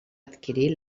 adquirir